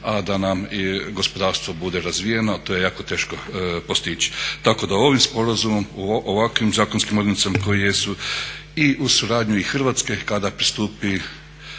a da nam i gospodarstvo bude razvijeno a to je jako teško postići. Tako da ovim sporazumom, ovakvim zakonskim odrednicama koje jesu i uz suradnju i Hrvatske kada pristupi